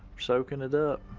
soaking it up.